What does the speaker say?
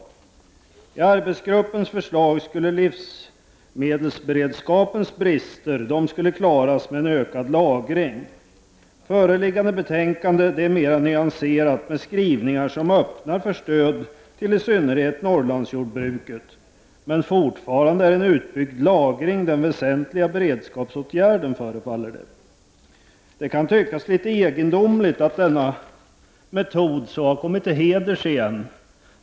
Enligt arbetsgrup pens förslag skulle livsmedelsberedskapens brister klaras av med ökad lagring. Föreliggande betänkande är mera nyanserat, med skrivningar som öppnar för stöd till i synnerhet Norrlandsjordbruket, men fortfarande förefaller en utbyggd lagring vara den väsentliga beredskapsåtgärden. Det kan tyckas litet egendomligt att denna metod kommit till heders igen.